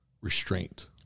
restraint